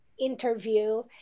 interview